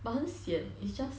but 很 sian it's just